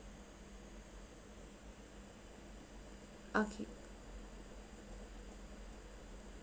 okay